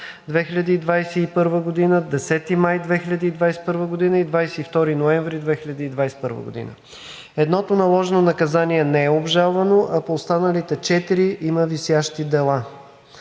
2021 г., 10 май 2021 г. и 22 ноември 2021 г. Едното наложено наказание не е обжалвано, а по останалите четири има висящи дела.